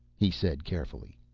he said, carefully,